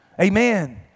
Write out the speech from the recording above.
Amen